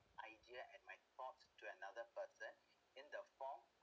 idea and my thought to another person in the form of